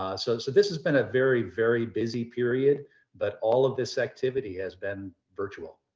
ah so so this has been a very, very busy period but all of this activity has been virtual.